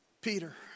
Peter